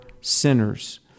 sinners